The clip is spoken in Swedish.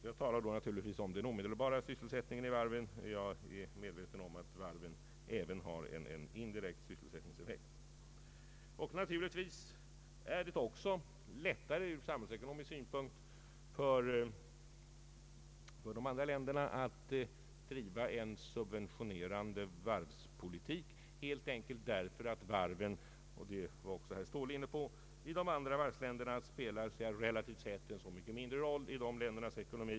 Jag talar då naturligtvis om den omedelbara sysselsättningen vid varven; jag är medveten om att varven även har en indirekt sysselsättningseffekt. Naturligtvis är det också lättare ur samhällsekonomisk synpunkt för de andra länderna att driva en subventionerande varvspolitik, helt enkelt därför att varven — det var också herr Ståhle inne på — i de andra varvsländerna spelar en relativt sett mycket mindre roll för dessa länders ekonomi.